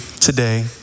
today